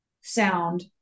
sound